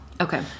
Okay